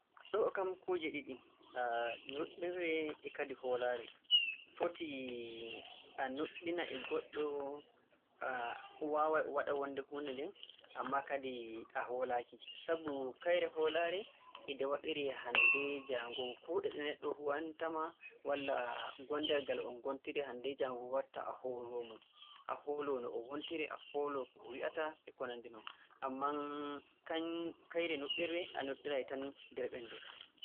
Ɗo'o kam kuuje ɗiɗi nuɗɗirre e hoolaare. Foti a nuɗɗina e goɗɗo waaway o waɗa wonnde huunde nden. Ammaa kadi a hoolaaki. Sabu kayre hoolaare e nde waɗiree hannde-jaango. Kuuɗe ɗe neɗɗo huwanta ma, walla gonndal ngal on ngontiri hannde-jaango, waɗta a hooloo-mo. A hooloo no o wontiri, a hooloo ko o wi'ata, e ko nanndi non. Ammaa kann- kayre nuɗɗirre, a nuɗɗiray tan nder ɓernde.